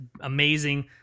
amazing